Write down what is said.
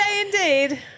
indeed